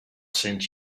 send